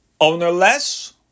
Ownerless